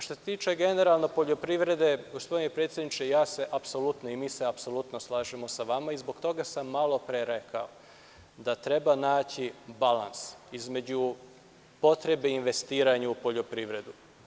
Što se tiče generalno poljoprivrede, gospodine predsedniče, ja se apsolutno i mi se apsolutno slažemo sa vama i zbog toga sam malopre rekao da treba naći balans između potrebe investiranja u poljoprivredu.